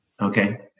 Okay